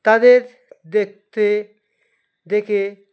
তাদের দেখতে দেখে